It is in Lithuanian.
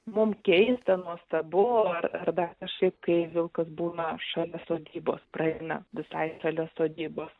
mum keista nuostabu ar ar dar kažkaip kai vilkas būna šalia sodybos praeina visai šalia sodybos